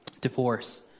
Divorce